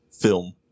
film